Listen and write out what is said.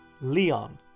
Leon